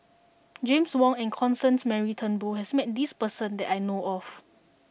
James Wong and Constance Mary Turnbull has met this person that I know of